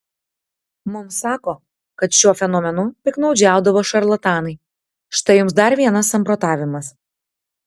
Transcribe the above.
mums sako kad šiuo fenomenu piktnaudžiaudavo šarlatanai štai jums dar vienas samprotavimas